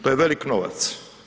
To je velik novac.